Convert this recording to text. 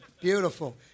beautiful